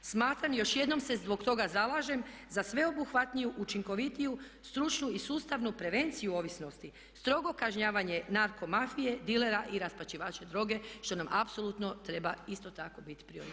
Smatram, još jednom se zbog toga zalažem za sveobuhvatniju, učinkovitiju, stručnu i sustavnu prevenciju ovisnosti, strogo kažnjavanje narko mafije, dilera i rasparčivača droge što nam apsolutno treba isto tako biti prioritet.